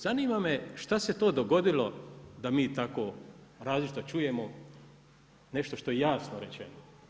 Zanima me što se to dogodilo da mi tako različito čujemo, nešto što je jasno rečeno.